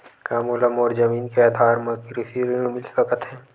का मोला मोर जमीन के आधार म कृषि ऋण मिल सकत हे?